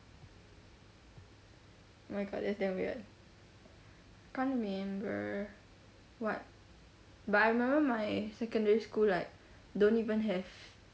my god that's damn weird I can't remember what but I remember my secondary school like don't even have